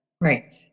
Right